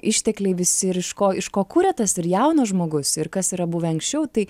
ištekliai visi ir iš ko iš ko kuria tas ir jaunas žmogus ir kas yra buvę anksčiau tai